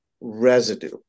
residue